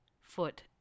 foot